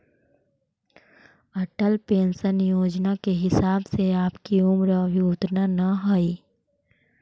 Atal pension Yojana के हिसाब से आपकी उम्र अभी उतना न हई